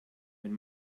wenn